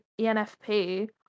ENFP